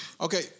okay